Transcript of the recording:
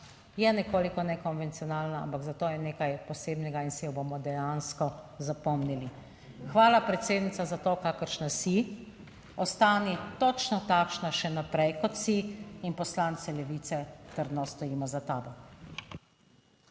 je nekoliko nekonvencionalna, ampak za to je nekaj posebnega in si jo bomo dejansko zapomnili. Hvala predsednica, za to kakršna si. Ostani točno takšna še naprej kot si in poslanci Levice trdno stojimo za tabo.